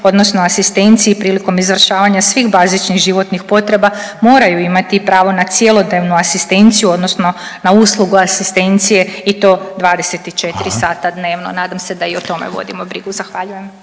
odnosno asistenciji prilikom izvršavanja svih bazičnih životnih potreba moraju imati i pravo na cjelodnevnu asistenciju odnosno na uslugu asistencije i to 24 sata …/Upadica: Hvala./… dnevno. Nadam se da i o tome vodimo brigu. Zahvaljujem.